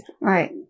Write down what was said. right